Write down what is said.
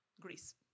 Greece